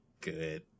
good